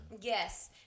Yes